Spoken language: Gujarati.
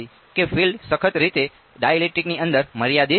કે ફિલ્ડ્સ સખત રીતે ડાઇલેક્ટ્રિકની અંદર મર્યાદિત છે